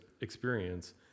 experience